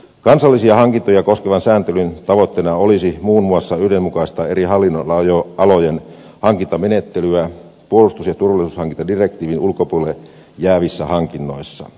kansallisia hankintoja koskevan sääntelyn tavoitteena olisi muun muassa yhdenmukaistaa eri hallinnonalojen hankintamenettelyä puolustus ja turvallisuushankintadirektiivin ulkopuolelle jäävissä hankinnoissa